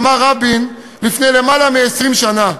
אמר שרון לפני יותר מ-20 שנה.